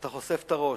אתה חושף את הראש.